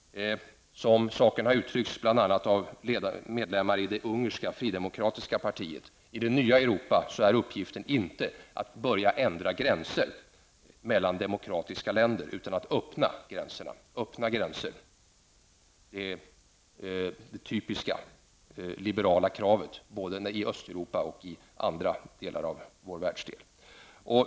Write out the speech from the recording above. Saken har uttryckts, bl.a. av medlemmar i det ungerska fridemokratiska partiet, på följande sätt: I det nya Europa är uppgiften inte att börja ändra gränser mellan demokratiska länder utan att öppna gränser. Öppna gränser är det typiska liberala kravet både i Östeuropa och i andra delar av vår världsdel.